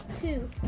Two